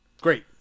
Great